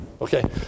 Okay